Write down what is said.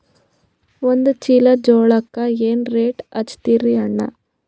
ಒಂದ ಚೀಲಾ ಜೋಳಕ್ಕ ಏನ ರೇಟ್ ಹಚ್ಚತೀರಿ ಅಣ್ಣಾ?